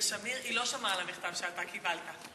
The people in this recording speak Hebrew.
שמיר לא שמעה על המכתב שאתה קיבלת.